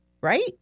Right